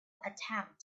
attempt